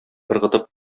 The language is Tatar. ыргытып